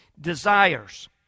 desires